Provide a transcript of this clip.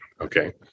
okay